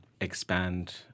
expand